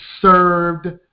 served